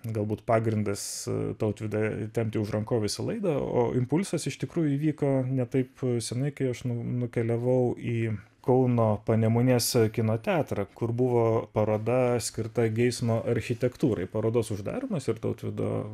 galbūt pagrindas tautvydą tempti už rankovės į laidą o impulsas iš tikrųjų įvyko ne taip senai kai aš nukeliavau į kauno panemunės kino teatrą kur buvo paroda skirta geismo architektūrai parodos uždarymas ir tautvydo